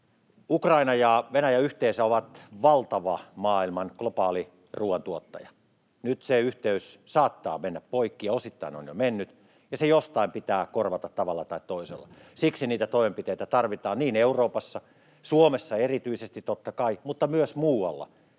Ukraina ja Venäjä yhteensä ovat valtava globaali ruoantuottaja. Nyt se yhteys saattaa mennä poikki ja osittain on jo mennyt, ja se jostain pitää korvata tavalla tai toisella. Siksi niitä toimenpiteitä tarvitaan niin Euroopassa, Suomessa erityisesti totta kai, mutta myös muualla,